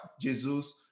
Jesus